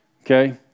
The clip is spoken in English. Okay